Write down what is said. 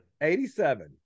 87